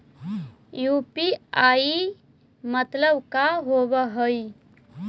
UPI मतलब का होब हइ?